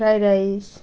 fried rice